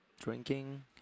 drinking